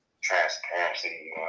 transparency